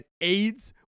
AIDS